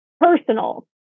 personal